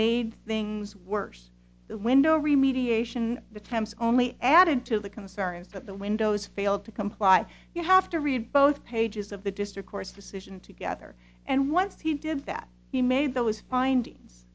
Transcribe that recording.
made things worse the window re mediation the thames only added to the concerns that the windows failed to comply you have to read both pages of the district court's decision together and once he did that he made those findings